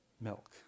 milk